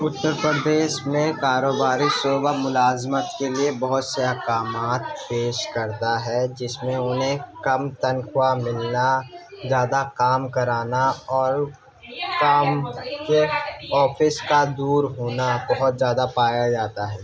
اتر پردیش میں کاروباری شعبہ ملازمت کے لیے بہت سے احکامات پیش کرتا ہے جس میں انہیں کم تنخواہ ملنا زیادہ کام کرانا اور کام کے آفس کا دور ہونا بہت زیادہ پایا جاتا ہے